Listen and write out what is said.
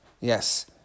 Yes